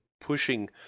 pushing